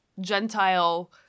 Gentile